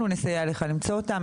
אנחנו נסייע לך למצוא אותם.